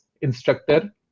instructor